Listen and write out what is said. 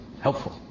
helpful